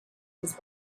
his